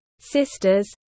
sisters